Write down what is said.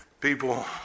People